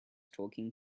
talking